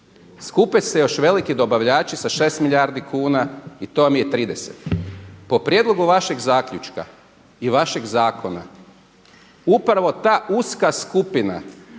Skupe se još veliki dobavljači sa 6 milijardi kuna i to vam je 30. Po prijedlogu vašeg zaključka i vašeg zakona upravo ta uska skupina